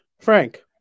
Frank